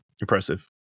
Impressive